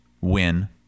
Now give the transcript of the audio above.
Win